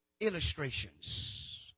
illustrations